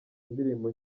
ndirimbo